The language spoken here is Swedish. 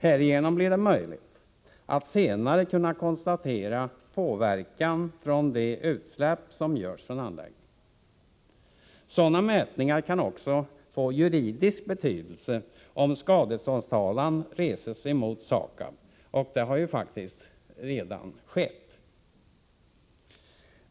Härigenom blir det möjligt att senare kunna konstatera påverkan från de utsläpp som görs från anläggningen. Sådana mätningar kan också få juridisk betydelse om skadeståndstalan reses mot SAKAB. Det har faktiskt redan skett.